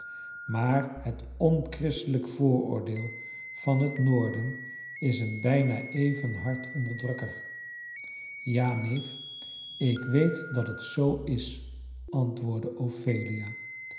maar het onchristelijk vooroordeel van het noorden is een bijna even hard onderdrukker ja neef ik weet dat het zoo is antwoordde ophelia